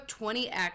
20x